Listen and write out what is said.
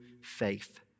faith